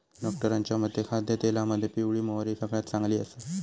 डॉक्टरांच्या मते खाद्यतेलामध्ये पिवळी मोहरी सगळ्यात चांगली आसा